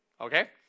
Okay